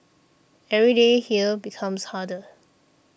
every day here becomes harder